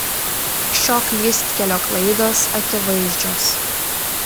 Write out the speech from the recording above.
šio klystkelio klaidos akivaizdžios